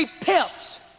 pimps